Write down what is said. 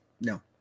no